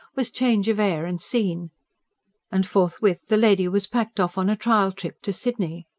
was change of air and scene and forthwith the lady was packed off on a trial trip to sydney.